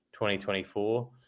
2024